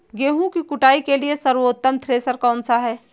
गेहूँ की कुटाई के लिए सर्वोत्तम थ्रेसर कौनसा है?